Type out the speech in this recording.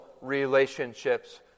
relationships